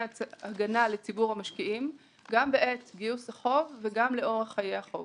הגנה לציבור המשקיעים בעת גיוס החוב ולאורך חיי החוב.